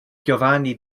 giovanni